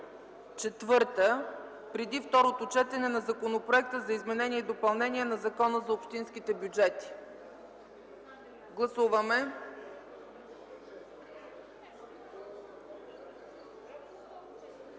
4, преди второто четене на Законопроекта за изменение и допълнение на Закона за общинските бюджети. Гласували